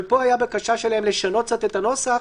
אבל פה הייתה בקשה שלהם לשנות קצת את הנוסח,